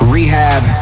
Rehab